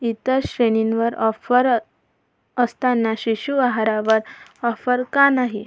इतर श्रेणींवर ऑफर असताना शिशू आहारावर ऑफर का नाही